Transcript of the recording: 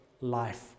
life